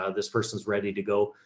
ah this person's ready to go.